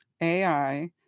AI